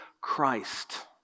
Christ